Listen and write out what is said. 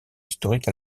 historique